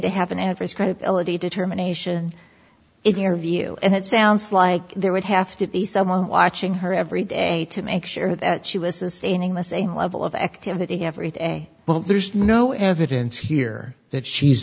to have an adverse credibility determination it your view and it sounds like there would have to be someone watching her every day to make sure that she was sustaining the same level of activity every day but there's no evidence here that she's